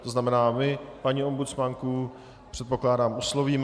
To znamená, my paní ombudsmanku, předpokládám, oslovíme.